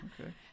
Okay